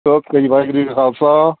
okay ਜੀ ਵਾਹਿਗੁਰੂ ਜੀ ਕਾ ਖਾਲਸਾ